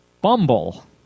bumble